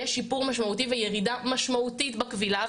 יש שיפור משמעותי וירידה משמעותית בכבילה,